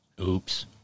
Oops